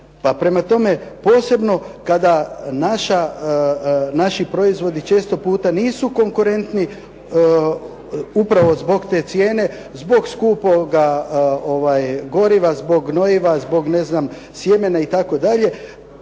prema tome, posebno kada naši proizvodi često puta nisu konkurentni upravo zbog te cijene, zbog skupoga goriva, zbog gnojiva, zbog sjemena itd.